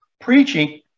preaching